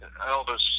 Elvis